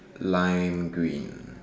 lime green